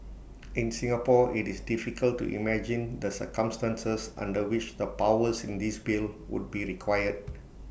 in Singapore IT is difficult to imagine the circumstances under which the powers in this bill would be required